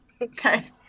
Okay